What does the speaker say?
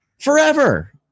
forever